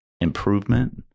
improvement